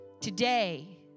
today